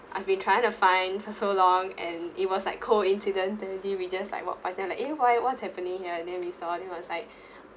I've been trying to find for so long and it was like coincidentally we just walked passed then we're like eh why what's happening here and then we saw then it was like